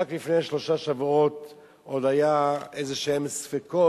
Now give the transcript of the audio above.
רק לפני שלושה שבועות עוד היו איזה ספקות